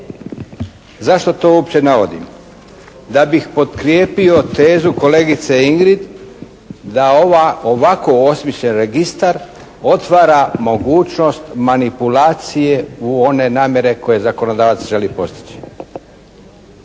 zašto to uopće navodim? Da bih potkrijepio tezu kolegice Ingrid da ova ovako osmišljen registar otvara mogućnost manipulacije u one namjere koje zakonodavac želi postići.